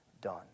done